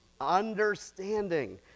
Understanding